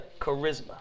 charisma